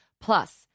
Plus